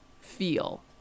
feel